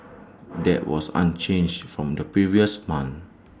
that was unchanged from the previous month